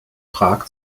prag